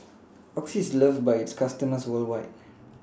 Oxy IS loved By its customers worldwide